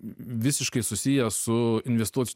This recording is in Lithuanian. visiškai susiję su investuos